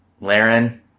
Laren